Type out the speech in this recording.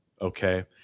okay